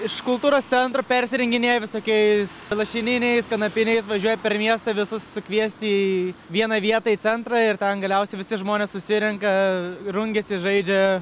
iš kultūros centro persirenginėja visokiais lašininiais kanapiniais važiuoja per miestą visus sukviesti į vieną vietą į centrą ir ten galiausiai visi žmonės susirenka rungiasi žaidžia